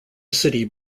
city